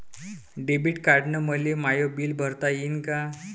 Debit कार्डानं मले माय बिल भरता येईन का?